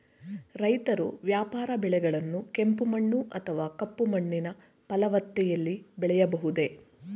ರೈತರು ವ್ಯಾಪಾರ ಬೆಳೆಗಳನ್ನು ಕೆಂಪು ಮಣ್ಣು ಅಥವಾ ಕಪ್ಪು ಮಣ್ಣಿನ ಫಲವತ್ತತೆಯಲ್ಲಿ ಬೆಳೆಯಬಹುದೇ?